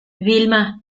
vilma